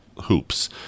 hoops